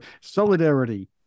solidarity